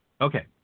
Okay